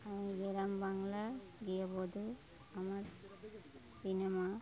আমি গ্রাম বাংলার গৃহবধূ আমার সিনেমা